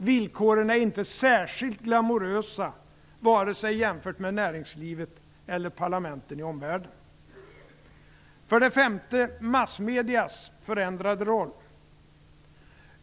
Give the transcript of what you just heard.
Villkoren är inte särskilt glamorösa, vare sig jämfört med näringslivet eller med parlamenten i omvärlden. För det femte har massmedierna fått en förändrad roll.